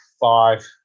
five